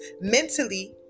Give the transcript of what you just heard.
mentally